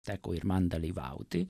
teko ir man dalyvauti